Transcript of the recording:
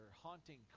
haunting